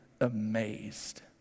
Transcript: amazed